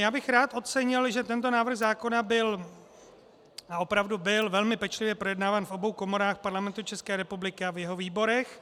Rád bych ocenil, že tento návrh zákona byl opravdu velmi pečlivě projednáván v obou komorách Parlamentu České republiky a v jeho výborech.